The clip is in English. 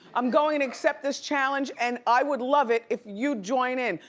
i'm goin' to accept this challenge and i would love it if you'd join in.